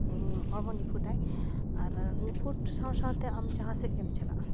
ᱦᱚᱲᱢᱚ ᱱᱤᱯᱷᱩᱴᱟᱭ ᱟᱨ ᱱᱤᱯᱷᱩᱴ ᱥᱟᱶ ᱥᱟᱶᱛᱮ ᱟᱢ ᱡᱟᱦᱟᱸᱥᱮᱫ ᱜᱮᱢ ᱪᱟᱞᱟᱜᱼᱟ